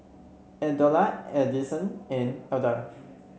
Aldona Adyson and Alda